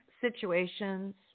situations